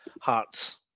Hearts